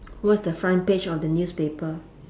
what's the front page of the newspaper